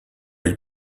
elle